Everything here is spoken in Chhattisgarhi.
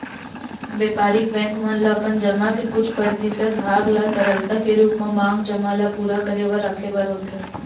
बेपारिक बेंक मन ल अपन जमा के कुछ परतिसत भाग ल तरलता के रुप म मांग जमा ल पुरा करे बर रखे बर होथे